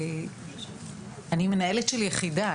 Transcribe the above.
אני מנהלת של יחידה.